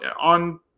on